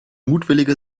mutwillige